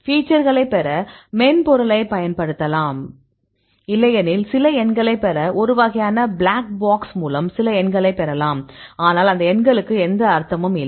ஃபீச்சர்களைப் பெற மென்பொருளைப் பயன்படுத்தலாம் இல்லையெனில் சில எண்களைப் பெற ஒரு வகையான பிளாக் பாக்ஸ் மூலம் சில எண்களை பெறலாம் ஆனால் அந்த எண்களுக்கு எந்த அர்த்தமும் இல்லை